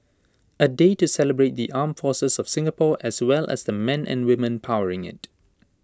A day to celebrate the armed forces of Singapore as well as the men and women powering IT